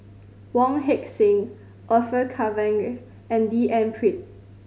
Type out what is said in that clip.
Wong Heck Sing Orfeur Cavenagh and D N Pritt